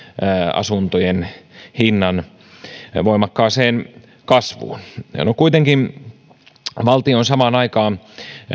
asuntojen hinnan voimakkaaseen kasvuun kuitenkin valtio on samaan aikaan